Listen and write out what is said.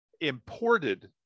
imported